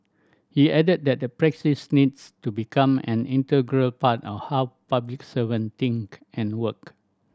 he added that the practise needs to become an integral part of how public servant think and work